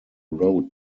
road